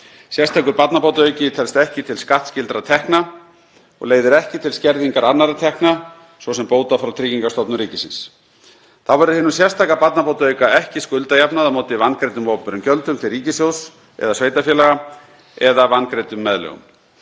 Sérstakur barnabótaauki telst ekki til skattskyldra tekna og leiðir ekki til skerðingar annarra tekna, svo sem bóta frá Tryggingastofnun ríkisins. Þá verður hinum sérstaka barnabótaauka ekki skuldajafnað á móti vangreiddum opinberum gjöldum til ríkissjóðs eða sveitarfélaga eða vangreiddum meðlögum.